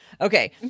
Okay